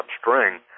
String